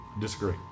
Disagree